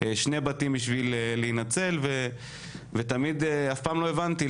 שני בתים בשביל להינצל ואף פעם לא הבנתי,